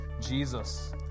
Jesus